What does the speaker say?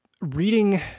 Reading